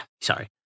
sorry